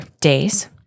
days